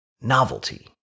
novelty